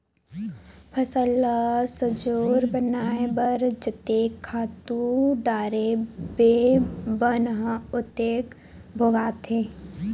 फसल ल सजोर बनाए बर जतके खातू डारबे बन ह ओतके भोगाथे